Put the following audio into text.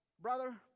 brother